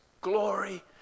glory